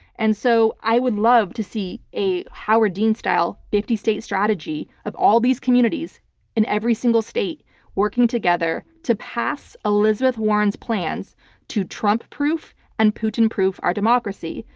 and so i would love to see a howard dean-style, fifty state strategy of all these communities in every single state working together to pass elizabeth warren's plans to trump-proof and putin-proof our democracy.